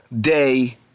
day